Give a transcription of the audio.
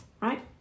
right